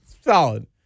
Solid